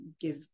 give